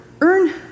earn